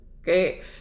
okay